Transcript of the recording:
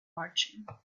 marching